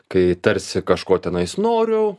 kai tarsi kažko tenais noriu